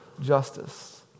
justice